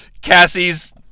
Cassie's